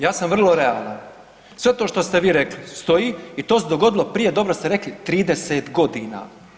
Ja sam vrlo realan, sve to što ste vi rekli stoji i to se dogodilo prije, dobro ste rekli, 30 godina.